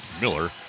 Miller